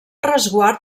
resguard